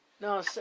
No